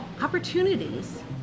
opportunities